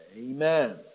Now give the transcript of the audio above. Amen